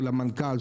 של המנכ"ל,